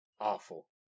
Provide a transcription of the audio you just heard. awful